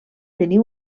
tenir